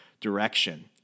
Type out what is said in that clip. direction